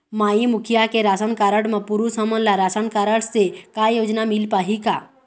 माई मुखिया के ration card म पुरुष हमन ला रासनकारड से का योजना मिल पाही का?